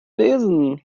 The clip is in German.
lesen